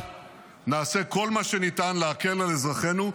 נעשה כל מה שניתן להקל על אזרחינו.